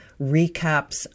recaps